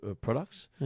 products